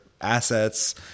assets